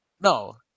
No